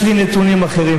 יש לי פה נתונים אחרים.